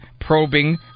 probing